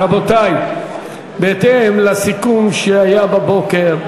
רבותי, בהתאם לסיכום שהיה בבוקר,